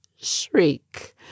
shriek